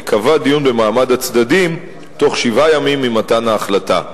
ייקבע דיון במעמד הצדדים תוך שבעה ימים ממתן ההחלטה.